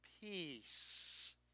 peace